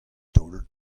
taol